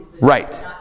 Right